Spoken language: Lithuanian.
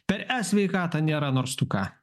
per e sveikatą nėra nors tu ką